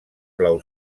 blau